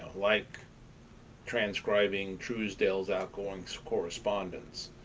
like transcribing truesdale's outgoing so correspondence,